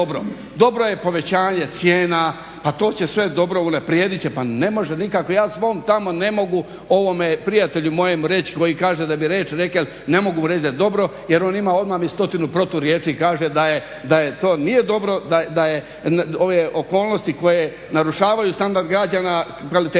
dobro je povećanje cijena, pa to će sve dobro, unaprijedit će. Pa ne može nikako! Ja svom tamo ne mogu ovome prijatelju mojem reći koji kaže da bi reč rekel ne mogu mu reći da je dobro, jer on ima mi odmah stotinu proturječi. Kaže da to nije dobro, da ove okolnosti koje narušavaju standard građana, kvalitetu